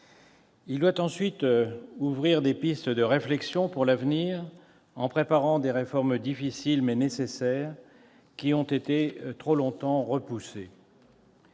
Il doit en outre ouvrir des pistes de réflexion pour l'avenir, en préparant des réformes difficiles mais nécessaires, qui ont été trop longtemps repoussées.